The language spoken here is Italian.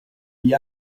gli